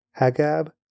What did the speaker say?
Hagab